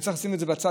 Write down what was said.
וצריך לשים את זה בצד,